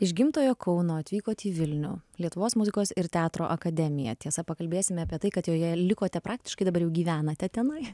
iš gimtojo kauno atvykot į vilnių lietuvos muzikos ir teatro akademiją tiesa pakalbėsime apie tai kad joje likote praktiškai dabar jau gyvenate tenai